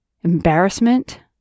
Embarrassment